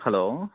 hello